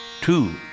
two